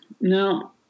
Now